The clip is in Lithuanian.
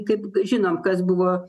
kaip žinom kas buvo